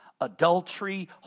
Adultery